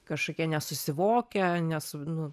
kašokie nesusivokę ne su nu